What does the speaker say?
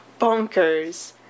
bonkers